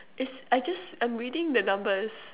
it's I just I'm reading the numbers